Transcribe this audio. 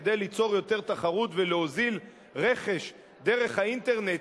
כדי ליצור יותר תחרות ולהוזיל רכש דרך האינטרנט,